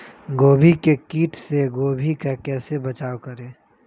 गोभी के किट से गोभी का कैसे बचाव करें?